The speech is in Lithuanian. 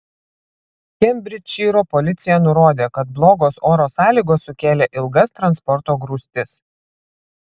kembridžšyro policija nurodė kad blogos oro sąlygos sukėlė ilgas transporto grūstis